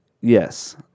Yes